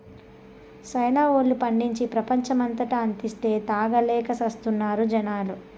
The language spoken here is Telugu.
చైనా వోల్లు పండించి, ప్రపంచమంతటా అంటిస్తే, తాగలేక చస్తున్నారు జనాలు